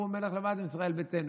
הוא מלך לבד בישראל ביתנו.